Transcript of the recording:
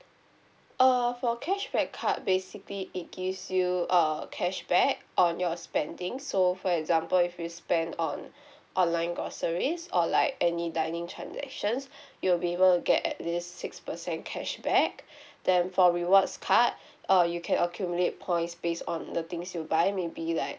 uh for cashback card basically it gives you err cashback on your spending so for example if you spend on online groceries or like any dining transactions you will be able get at least six percent cashback then for rewards card uh you can accumulate points based on the things you buy maybe like